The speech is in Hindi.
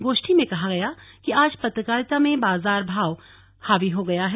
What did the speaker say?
गोष्ठी में कहा गाय कि आज पत्रकारिता में बाजार भाव हावी हो गया है